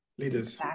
leaders